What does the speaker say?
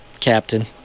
captain